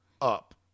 up